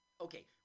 Okay